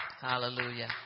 Hallelujah